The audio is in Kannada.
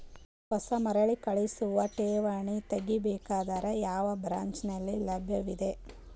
ಹೊಸ ಮರುಕಳಿಸುವ ಠೇವಣಿ ತೇಗಿ ಬೇಕಾದರ ಯಾವ ಬ್ರಾಂಚ್ ನಲ್ಲಿ ಲಭ್ಯವಿದೆ?